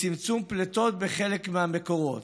לצמצום פליטות בחלק מהמקורות.